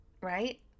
right